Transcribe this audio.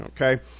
Okay